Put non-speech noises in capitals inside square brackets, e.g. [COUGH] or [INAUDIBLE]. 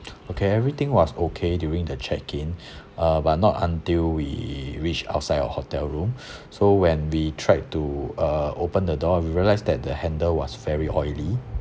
[NOISE] okay everything was okay during the check in [BREATH] uh but not until we reached outside our hotel room [BREATH] so when we tried to uh open the door we realised that the handle was very oily